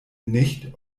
nicht